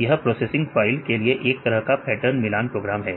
यह processing file के लिए एक तरह का पेटर्न मिलान प्रोग्राम है